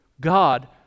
God